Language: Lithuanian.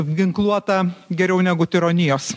apginkluota geriau negu tironijos